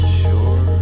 sure